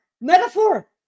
metaphor